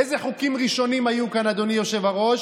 איזה חוקים ראשונים היו כאן, אדוני היושב-ראש?